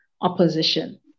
Opposition